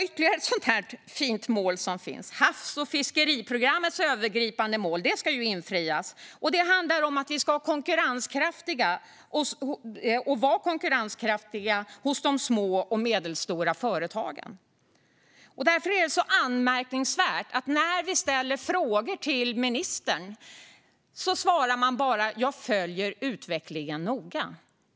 Ytterligare ett fint mål som finns och ska nås är havs och fiskeriprogrammets övergripande mål. Det handlar om att vi ska ha konkurrenskraftiga små och medelstora företag. Därför är det så anmärkningsvärt att det enda ministern svarar när vi ställer frågor är: Jag följer utvecklingen noga.